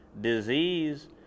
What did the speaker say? disease